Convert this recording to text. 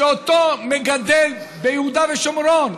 שאותו מגדל ביהודה ושומרון,